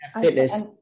fitness